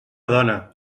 dona